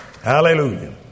Hallelujah